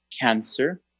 cancer